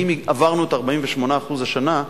כי אם עברנו את ה-48% השנה,